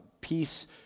Peace